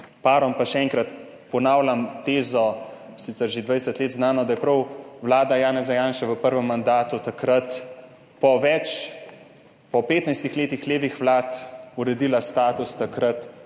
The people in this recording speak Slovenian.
parom. Še enkrat ponavljam tezo, sicer že 20 let znano, da je prav vlada Janeza Janše v prvem mandatu takrat po 15 letih levih vlad uredila status